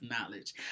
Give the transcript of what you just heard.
knowledge